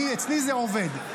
אצלי זה עובד.